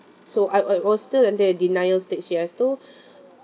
so I uh I was still under a denial stage ya as though